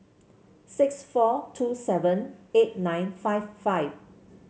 six four two seven eight nine five five